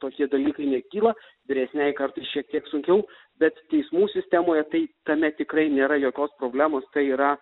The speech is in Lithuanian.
tokie dalykai nekyla vyresniajai kartai šiek tiek sunkiau bet teismų sistemoje tai tame tikrai nėra jokios problemos tai yra